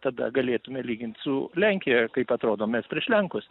tada galėtume lygint su lenkija kaip atrodom mes prieš lenkus